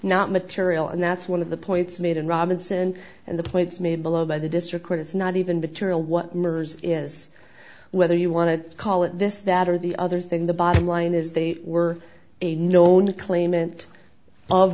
not material and that's one of the points made in robinson and the points made below by the district court it's not even victoria what murders is whether you want to call it this that or the other thing the bottom line is they were a known claimant of